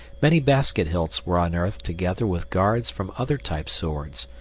many basket hilts were unearthed together with guards from other type swords,